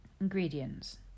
Ingredients